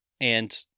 and-